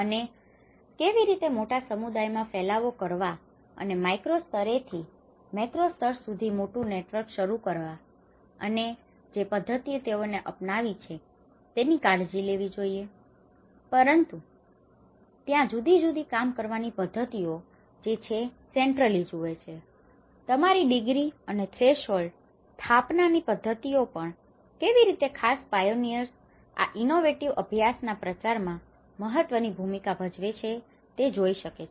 અને કેવી રીતે મોટા સમુદાયો માં ફેલાવો કરવા અને માઈક્રો સ્તરે થી મેક્રો સ્તર સુધી મોટું નેટવર્ક શરુ કરવા અને અને જે પદ્ધતિ તેઓએ અપનાવી છે તેની કાળજી લેવી જોઈએ પરંતુ ત્યાં જુદી જુદી કામ કરવાની પદ્ધતિઓ છે જે સેન્ટ્રલી જુએ છે તમારી ડિગ્રી અને થ્રેશહોલ્ડ સ્થાપવા ની પદ્ધતિઓ પણ કેવી રીતે આ ખાસ પાયોનિઅર્સ આ ઇનોવેટિવ અભ્યાસ ના પ્રચાર માં મહત્વની ભૂમિકા ભજવે છે તે જોઈ શકે છે